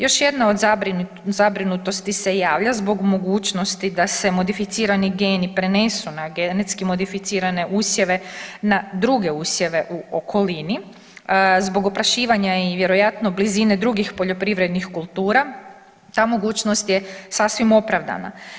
Još jedna od zabrinutosti se javlja zbog mogućnosti da se modificirani geni prenesu na genetski modificirane usjeve na druge usjeve u okolini zbog oprašivanja i vjerojatno blizine drugih poljoprivrednih kultura ta mogućnost je sasvim opravdana.